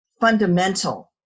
fundamental